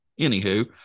Anywho